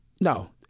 No